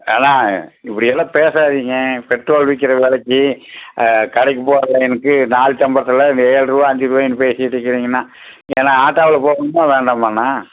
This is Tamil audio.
அண்ணா இப்படி எல்லாம் பேசாதீங்க பெட்ரோல் விற்கிற விலைக்கி கடைக்கு போதா எனக்கு நாள் சம்பளத்தில் ஏழுரூவா அஞ்சுரூவாய்ன்னு பேசிட்ருக்குறீங்கண்ணா ஏண்ணா ஆட்டோவில் போகணுமா வேண்டாமாங்கண்ணா